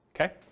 okay